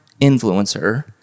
influencer